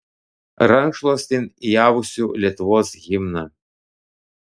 rankšluostin įausiu lietuvos himną